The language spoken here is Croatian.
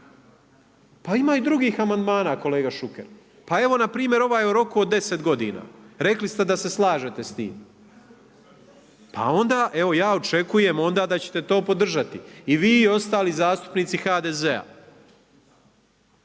Pa ima i drugih amandmana kolega Šuker. Pa evo na primjer ovaj o roku od 10 godina, rekli ste da se slažete s tim. Pa onda, evo ja očekujem onda da ćete to podržati i vi i ostali zastupnici HDZ-a.